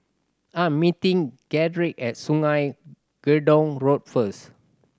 I am meeting Gedrick at Sungei Gedong Road first